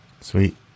Sweet